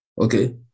okay